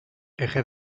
eje